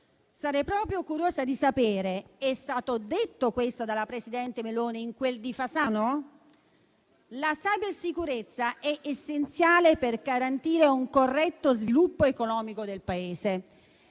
Sarei proprio curiosa di sapere se questo sia stato detto dalla presidente del Consiglio Meloni in quel di Fasano. La cybersicurezza è essenziale per garantire un corretto sviluppo economico del Paese;